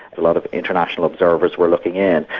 a lot of international observers were looking in,